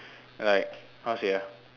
like how to say ah